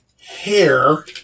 hair